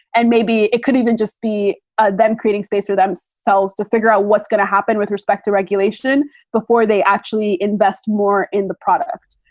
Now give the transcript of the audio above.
and maybe it could even just be ah them creating space for themselves to figure out what's going to happen with respect to regulation before they actually invest more in the product.